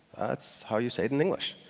that's how you say it in english.